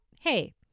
hey